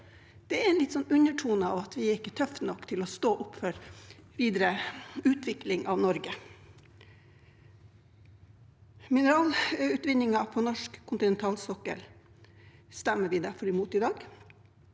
Det er en liten undertone av at vi ikke er tøffe nok til å stå opp for videre utvikling av Norge. Mineralutvinningen på norsk kontinentalsokkel stemmer vi derfor imot i dag.